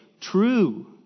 True